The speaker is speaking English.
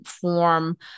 form